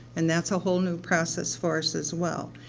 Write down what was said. and that's a whole new process for us as well.